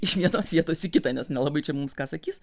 iš vietos vietos į kitą nes nelabai čia mums ką sakys